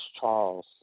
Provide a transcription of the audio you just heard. Charles